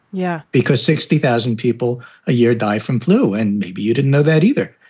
yeah, because sixty thousand people a year die from flu and maybe you didn't know that either.